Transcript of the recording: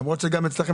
למרות שגם אצלכם,